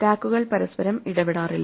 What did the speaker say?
സ്റ്റാക്കുകൾ പരസ്പരം ഇടപെടാറില്ല